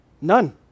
None